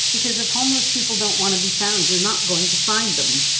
because if homeless people don't want to be found, you're not going to find them.